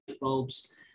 bulbs